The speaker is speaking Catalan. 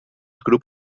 grup